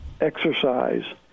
exercise